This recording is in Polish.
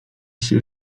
się